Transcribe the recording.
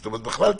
בכלל,